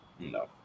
No